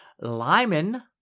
Lyman